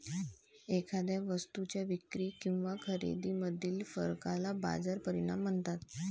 एखाद्या वस्तूच्या विक्री किंवा खरेदीमधील फरकाला बाजार परिणाम म्हणतात